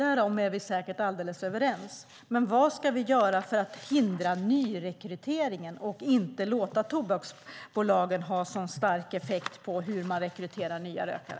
Därom är vi säkert helt överens. Men vad ska vi göra för att hindra nyrekryteringen och inte låta tobaksbolagen ha en så stark effekt på hur man rekryterar nya rökare?